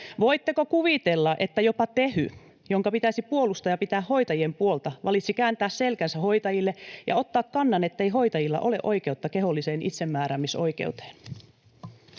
Voitteko kuvitella, että jopa Tehy, jonka pitäisi puolustaa ja pitää hoitajien puolta, valitsi kääntää selkänsä hoitajille ja ottaa kannan, ettei hoitajilla ole oikeutta keholliseen itsemääräämisoikeuteen?